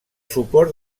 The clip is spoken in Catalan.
suport